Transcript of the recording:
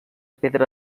pedra